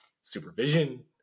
supervision